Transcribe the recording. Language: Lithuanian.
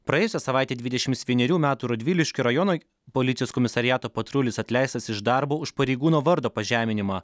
praėjusią savaitę dvidešimt vienerių metų radviliškio rajono policijos komisariato patrulis atleistas iš darbo už pareigūno vardo pažeminimą